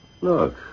Look